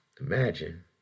imagine